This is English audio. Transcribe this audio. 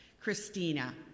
Christina